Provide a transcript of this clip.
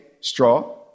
straw